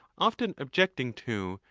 often objecting to,